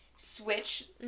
switch